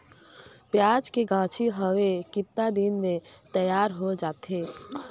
पियाज के गाछी हवे कतना दिन म तैयार हों जा थे?